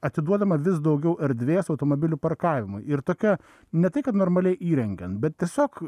atiduodama vis daugiau erdvės automobilių parkavimui ir tokia ne tai kad normaliai įrengiant bet tiesiog